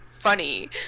Funny